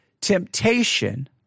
temptation